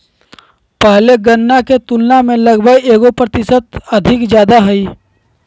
पहले गणना के तुलना में लगभग एगो प्रतिशत अधिक ज्यादा हइ